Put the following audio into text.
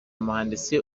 مهندسی